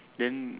then